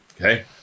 Okay